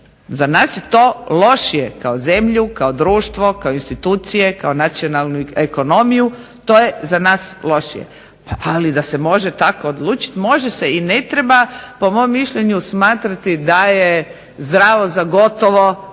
Za nas je to lošije kao zemlju, kao društvo, kao institucije, kao nacionalnu ekonomiju to je za nas lošije. Ali da se može tako odlučiti, može se. I ne treba, po mom mišljenju, smatrati da je zdravo za gotovo